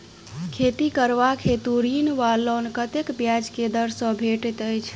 खेती करबाक हेतु ऋण वा लोन कतेक ब्याज केँ दर सँ भेटैत अछि?